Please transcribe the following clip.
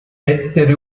letzte